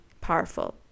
powerful